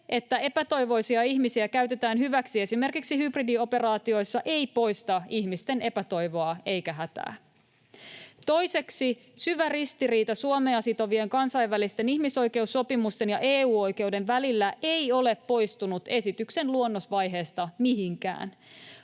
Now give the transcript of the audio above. että epätoivoisia ihmisiä käytetään hyväksi esimerkiksi hybridioperaatioissa, ei poista ihmisten epätoivoa eikä hätää. Toiseksi syvä ristiriita Suomea sitovien kansainvälisten ihmisoikeussopimusten ja EU-oikeuden välillä ei ole poistunut esityksen luonnosvaiheesta mihinkään.